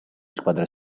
squadre